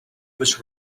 was